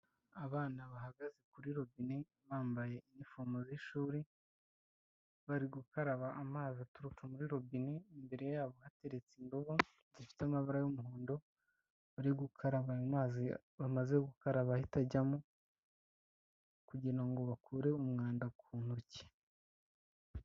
Abana bahagaze kuri robine bambaye inifomo z'ishuri bari gukaraba amazi aturutse muri robine, imbere yabo hateretse indobo zifite amabara y'umuhondo, bari gukaraba ayo amazi bamaze gukaraba ahita ajyamo, kugira ngo bakure umwanda ku ntoki.